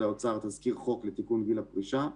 האוצר תזכיר חוק לתיקון גיל הפרישה.